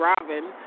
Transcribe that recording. Robin